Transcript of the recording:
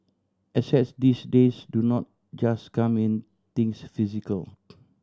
assets these days do not just come in things physical